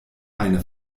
eine